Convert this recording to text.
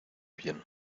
bien